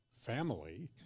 family